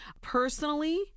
Personally